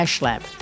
lab